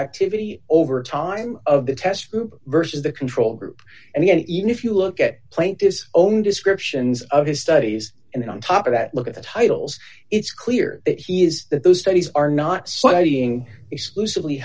activity over time of the test group versus the control group and even if you look at plaint is only descriptions of his studies and then on top of that look at the titles it's clear that he is that those studies are not being exclusively